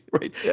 right